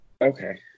Okay